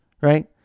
right